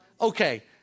Okay